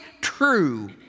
true